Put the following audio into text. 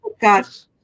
Got